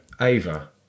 Ava